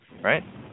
Right